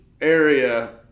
area